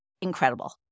incredible